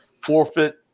forfeit